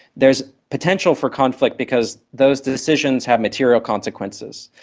there is potential for conflict because those decisions have material consequences.